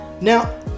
Now